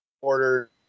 order